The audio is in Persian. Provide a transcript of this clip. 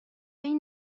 این